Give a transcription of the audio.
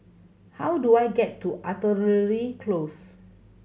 how do I get to Artillery Close